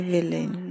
Villain